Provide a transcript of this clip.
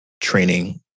training